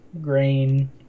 grain